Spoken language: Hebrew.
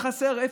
ואני בדעה,